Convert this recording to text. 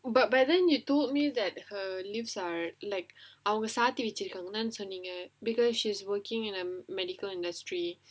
but but then you told me that her leave are like அவங்க சாத்தி வச்சிருக்காங்கனு தான சொன்னீங்க:avanga saathi vachirukkaanganu thana sonneenga because she is working in a medical industry